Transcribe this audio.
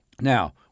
Now